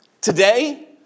Today